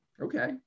Okay